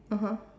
(uh huh)